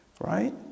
right